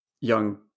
young